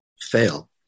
fail